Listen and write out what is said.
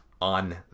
on